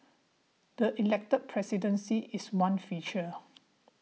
the elected presidency is one feature